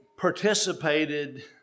participated